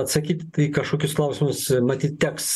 atsakyt tai į kažkokius klausimus matyt teks